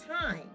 time